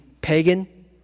pagan